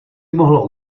mohlo